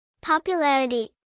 Popularity